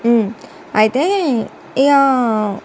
అయితే ఇక